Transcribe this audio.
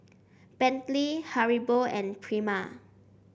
Bentley Haribo and Prima